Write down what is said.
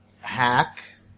hack